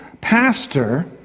pastor